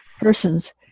persons